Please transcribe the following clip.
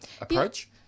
approach